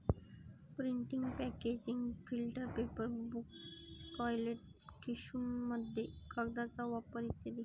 printing packaging filter paper book toilet टिश्यूमध्ये कागदाचा वापर इ